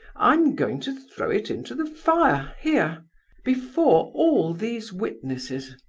i'm going to throw it into the fire, here before all these witnesses.